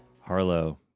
harlow